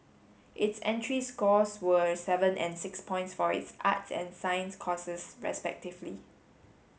its entry scores were seven and six points for its arts and science courses respectively